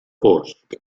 fosc